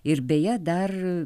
ir beje dar